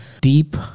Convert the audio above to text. Deep